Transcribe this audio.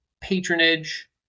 patronage